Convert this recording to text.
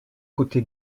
côté